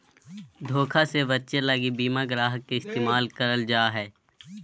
धोखा से बचे लगी बीमा ग्राहक के इस्तेमाल करल जा हय